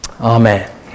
Amen